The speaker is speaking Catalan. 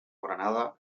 granada